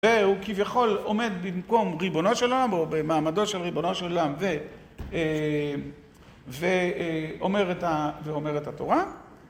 והוא כביכול עומד במקום ריבונו של עולם, או במעמדו של ריבונו של עולם, ו... ואומר את ה... ואומר את התורה.